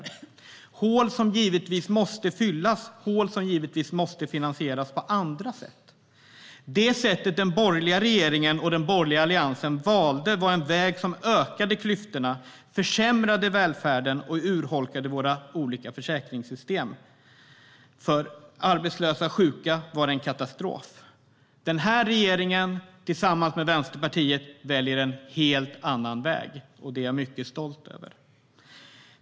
Det är hål som givetvis måste fyllas och finansieras på andra sätt. Den väg som den borgerliga regeringen och Alliansen valde var en väg som ökade klyftorna, försämrade välfärden och urholkade våra olika försäkringssystem. För arbetslösa och sjuka var det en katastrof. Den här regeringen, tillsammans med Vänsterpartiet, väljer en helt annan väg. Det är jag mycket stolt över.